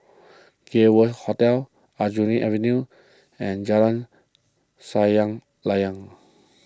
Gay World Hotel Aljunied Avenue and Jalan Sayang Layang